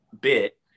bit